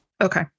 okay